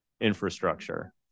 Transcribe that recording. infrastructure